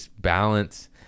balance